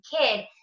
kid